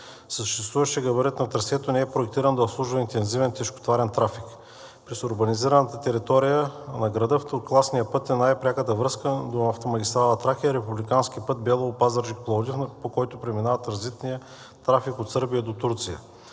Съществуващият габарит на трасето не е проектиран да обслужва интензивен тежкотоварен трафик. През урбанизираната територия на града второкласният път е най-пряката връзка до автомагистрала „Тракия“ и републиканския път Белово – Пазарджик – Пловдив, по който преминава транзитният трафик от Сърбия до Турция.